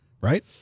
Right